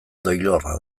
doilorra